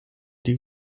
die